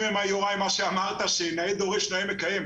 יוראי מה שאמרת שנאה דורש נאה מקיים.